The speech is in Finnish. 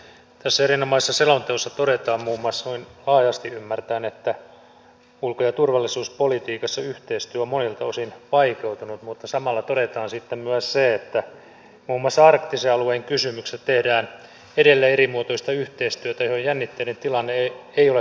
tässä erinomaisessa selonteossa todetaan muun muassa noin laajasti ymmärtäen että ulko ja turvallisuuspolitiikassa yhteistyö on monilta osin vaikeutunut mutta samalla todetaan myös se että muun muassa arktisen alueen kysymyksissä tehdään edelleen erimuotoista yhteistyötä johon jännitteiden tilanne ei ole vaikuttanut